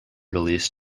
release